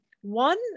One